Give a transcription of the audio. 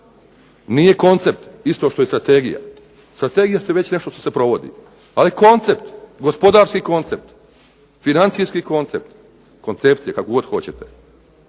Nije koncept isto što i strategija. Strategija je već nešto što se provodi. Ali koncept gospodarski koncept, financijski koncept, koncepcije kako god hoćete,